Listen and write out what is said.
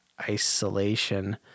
isolation